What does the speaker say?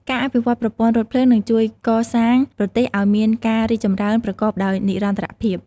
ការអភិវឌ្ឍន៍ប្រព័ន្ធរថភ្លើងនឹងជួយកសាងប្រទេសឱ្យមានការរីកចម្រើនប្រកបដោយនិរន្តរភាព។